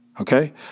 Okay